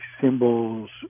symbols